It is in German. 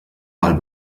mal